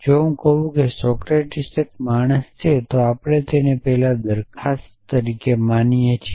જો હું કહું કે સોક્રેટીસ એક માણસ છે તો આપણે તેને પહેલાની દરખાસ્ત તરીકે માનીએ છીએ